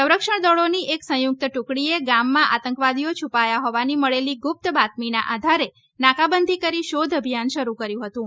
સંરક્ષણ દળોની એક સંયુક્ત ટૂકડીએ ગામમાં આતંકવાદીઓ છૂપાયા હોવાની મળેલી ગુપ્ત બાતમીને આધારે નાકાબંધી કરી શોધ અભિયાન શરૂ કર્યું હતું